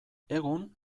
egun